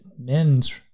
men's